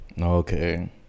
Okay